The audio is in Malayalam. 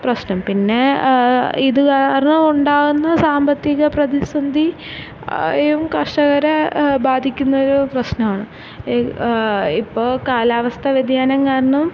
പ്രശ്നം പിന്നെ ഇത് കാരണം ഉണ്ടാകുന്ന സാമ്പത്തിക പ്രതിസന്ധി ആയും കർഷകരെ ബാധിക്കുന്ന ഒരു പ്രശ്നമാണ് ഇപ്പോൾ കാലാവസ്ഥ വ്യതിയാനം കാരണം